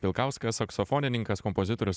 pilkauskas saksofonininkas kompozitorius